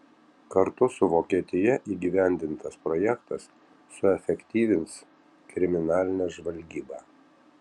kartu su vokietija įgyvendintas projektas suefektyvins kriminalinę žvalgybą